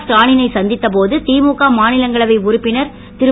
ஸ்டாலினை சந்தித்தபோது திமுக மாநிலங்களவை உறுப்பினர் திரு